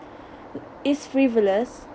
is frivolous